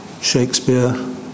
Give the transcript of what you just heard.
Shakespeare